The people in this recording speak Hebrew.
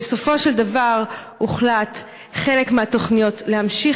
בסופו של דבר הוחלט חלק מהתוכניות להמשיך